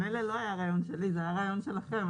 המלל לא היה רעיון שלי, זה רעיון שלכם.